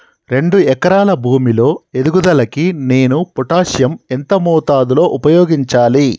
రెండు ఎకరాల భూమి లో ఎదుగుదలకి నేను పొటాషియం ఎంత మోతాదు లో ఉపయోగించాలి?